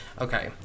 Okay